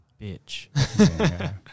Bitch